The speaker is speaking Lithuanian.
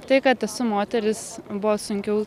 tai kad esu moteris buvo sunkiau